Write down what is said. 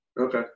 Okay